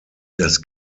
das